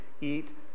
eat